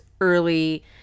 early